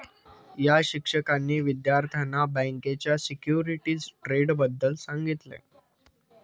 या शिक्षकांनी विद्यार्थ्यांना बँकेच्या सिक्युरिटीज ट्रेडबद्दल सांगितले